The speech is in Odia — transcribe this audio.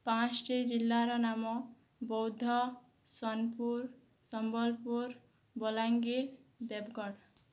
ପାଞ୍ଚଟି ଜିଲ୍ଲାର ନାମ ବୌଦ୍ଧ ସୋନପୁର ସମ୍ବଲପୁର ବଲାଙ୍ଗୀର ଦେବଗଡ଼